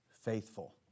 faithful